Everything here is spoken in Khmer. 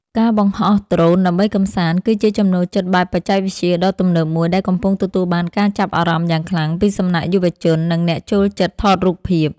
ការបង្ហោះដ្រូនដើម្បីកម្សាន្ត គឺជាចំណូលចិត្តបែបបច្ចេកវិទ្យាដ៏ទំនើបមួយដែលកំពុងទទួលបានការចាប់អារម្មណ៍យ៉ាងខ្លាំងពីសំណាក់យុវជន និងអ្នកចូលចិត្តថតរូបភាព។